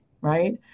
right